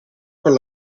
con